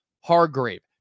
Hargrave